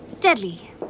Deadly